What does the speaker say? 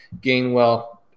gainwell